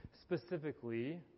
specifically